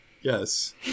Yes